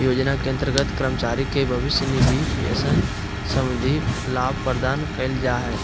योजना के अंतर्गत कर्मचारी के भविष्य निधि पेंशन संबंधी लाभ प्रदान कइल जा हइ